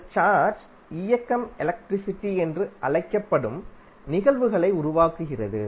இந்த சார்ஜ் இயக்கம் எலக்ட்ரிசிட்டி என்று அழைக்கப்படும் நிகழ்வுகளை உருவாக்குகிறது